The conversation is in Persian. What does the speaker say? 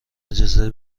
اجازه